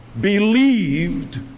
believed